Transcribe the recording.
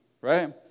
right